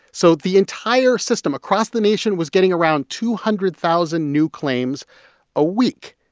so the entire system across the nation was getting around two hundred thousand new claims a week.